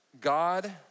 God